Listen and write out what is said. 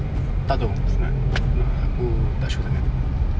tak tahu na~ na~ aku tak sure sangat